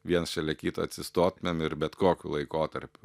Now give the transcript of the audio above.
viens šalia kito atsistotumėm ir bet kokiu laikotarpiu